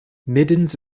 middens